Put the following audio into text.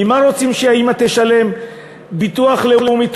ממה רוצים שהאימא תשלם ביטוח לאומי,